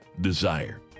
desire